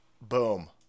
boom